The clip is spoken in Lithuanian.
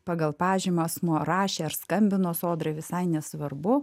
pagal pažymą asmuo rašė ar skambino sodrai visai nesvarbu